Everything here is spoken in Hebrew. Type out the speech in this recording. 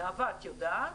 נאווה, את יודעת?